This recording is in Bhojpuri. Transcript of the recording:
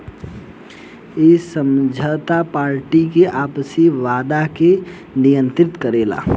इ समझौता पार्टी के आपसी वादा के नियंत्रित करेला